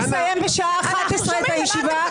ונערכו לסיים בשעה 11 את הישיבה.